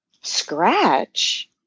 scratch